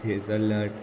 Hazel नट